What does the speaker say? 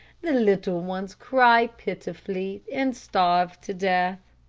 the little ones cry pitifully, and starve to death.